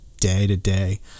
day-to-day